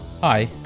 Hi